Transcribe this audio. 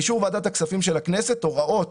"באישור ועדת הכספים של הכנסת הוראות